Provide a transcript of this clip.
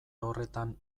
horretan